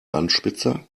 anspitzer